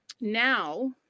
Now